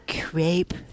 Crepe